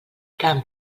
camp